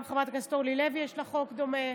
גם לחברת הכנסת אורלי לוי יש חוק דומה,